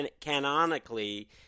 canonically